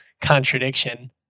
contradiction